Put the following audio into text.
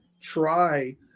try